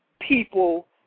people